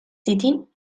sitting